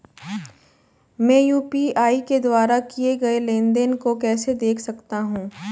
मैं यू.पी.आई के द्वारा किए गए लेनदेन को कैसे देख सकता हूं?